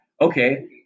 Okay